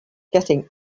getting